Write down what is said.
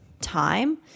time